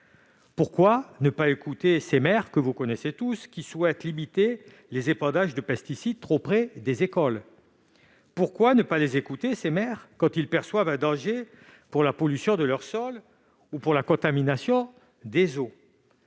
Pourquoi ne pas écouter ces maires, que vous connaissez tous, quand ils souhaitent limiter les épandages de pesticides trop près des écoles ? Pourquoi ne pas les écouter quand ils perçoivent un danger en matière de pollution du sol ou de contamination des eaux ?